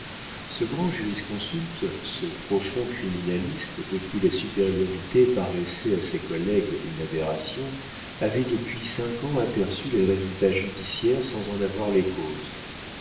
ce grand jurisconsulte ce profond criminaliste de qui la supériorité paraissait à ses collègues une aberration avait depuis cinq ans aperçu les résultats judiciaires sans en voir les causes